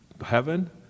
heaven